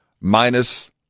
minus